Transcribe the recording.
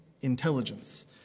intelligence